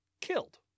killed